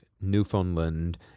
Newfoundland